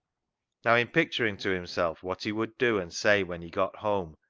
now, in picturing to himself what he would do and say when he got home,